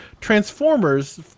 Transformers